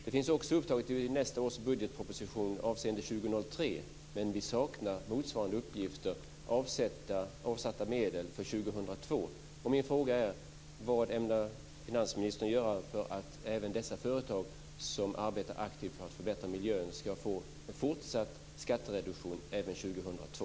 Den finns också upptagen i nästa års budgetproposition avseende 2003, men vi saknar motsvarande uppgifter när det gäller avsatta medel för 2002.